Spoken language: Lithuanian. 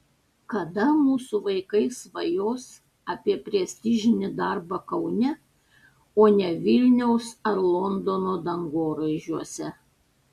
kada mūsų vaikai svajos apie prestižinį darbą kaune o ne vilniaus ar londono dangoraižiuose